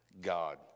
God